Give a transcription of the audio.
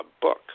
book